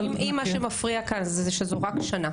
אם מה שמפריע כאן שזו רק שנה.